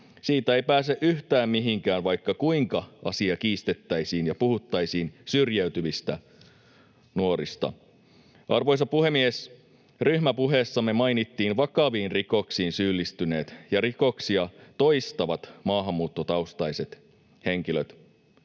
siitä ei pääse yhtään mihinkään, vaikka kuinka asia kiistettäisiin ja puhuttaisiin syrjäytyvistä nuorista. Arvoisa puhemies! Ryhmäpuheessamme mainittiin vakaviin rikoksiin syyllistyneet ja rikoksia toistavat maahanmuuttotaustaiset henkilöt.